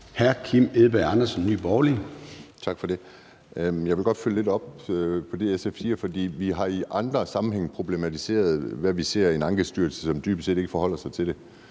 13:20 Kim Edberg Andersen (NB): Tak for det. Jeg vil godt følge lidt op på det, SF siger. For vi har i andre sammenhænge problematiseret, at vi ser en Ankestyrelse, som dybest set ikke forholder sig til